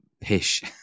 pish